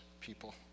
people